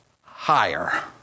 higher